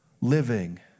living